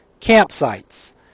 campsites